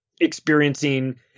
experiencing